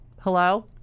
Hello